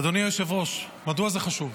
אדוני היושב-ראש, מדוע זה חשוב?